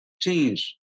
change